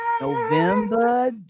November